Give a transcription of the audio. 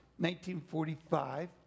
1945